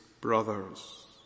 brothers